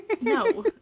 No